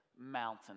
mountain